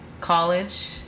College